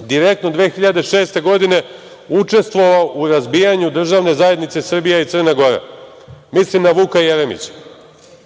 direktno 2006. godine učestvovao u razbijanju državne zajednice Srbija i Crna Gora, mislim na Vuka Jeremića.